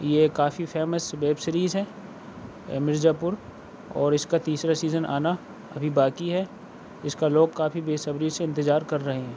یہ کافی famous web series ہے مرزا پور اور اس کا تیسرا سیزن آنا ابھی باقی ہے اس کا لوگ کافی بےصبری سے انتظار کر رہے ہیں